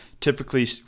typically